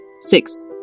Six